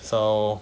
so